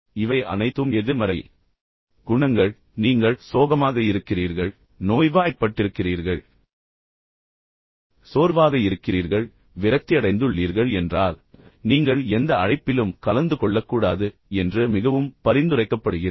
உண்மையில் இவை அனைத்தும் எதிர்மறை குணங்கள் பின்னர் நீங்கள் இந்த வகையான சூழ்நிலையில் இருந்தால் நீங்கள் சோகமாக இருக்கிறீர்கள் நோய்வாய்ப்பட்டிருக்கிறீர்கள் சோர்வாக இருக்கிறீர்கள் விரக்தியடைந்துள்ளீர்கள் என்றால் நீங்கள் எந்த அழைப்பிலும் கலந்து கொள்ளக்கூடாது என்று மிகவும் பரிந்துரைக்கப்படுகிறது